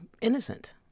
innocent